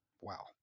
Wow